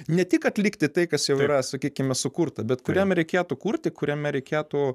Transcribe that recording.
ne tik atlikti tai kas jau yra sakykime sukurta bet kuriam reikėtų kurti kuriame reikėtų